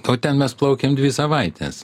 o ten mes plaukėm dvi savaites